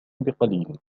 بقليل